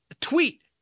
tweet